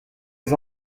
les